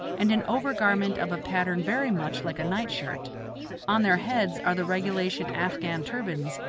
and an over-garment of a pattern very much like a night-shirt on their heads are the regulation afghan turbans,